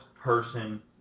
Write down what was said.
person